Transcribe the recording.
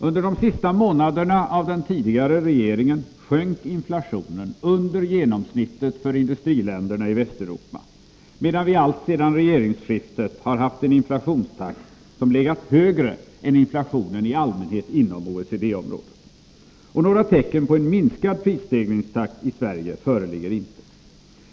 Under de sista månaderna av den tidigare regeringen sjönk inflationen under genomsnittet för industriländerna i Västeuropa, medan vi alltsedan regeringsskiftet har haft en inflationstakt som har legat högre än inflationstakten i allmänhet inom OECD-området. Några tecken på en minskad prisstegringstakt i Sverige föreligger inte.